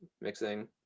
mixing